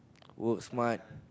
work smart